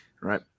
right